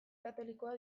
katolikoa